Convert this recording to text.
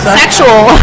sexual